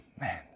Man